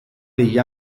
degli